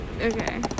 okay